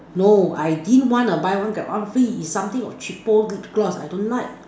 no I didn't want a buy one get one free it's something a cheapo lip gloss I don't like